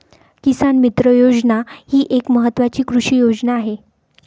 किसान मित्र योजना ही एक महत्वाची कृषी योजना आहे